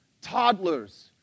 toddlers